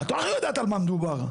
בטוח היא יודעת על מה מדובר.